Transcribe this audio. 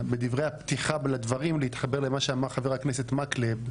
בדברי הפתיחה להתחבר למה שאמר חבר הכנסת מקלב.